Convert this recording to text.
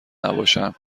نباشم